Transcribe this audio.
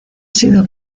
sido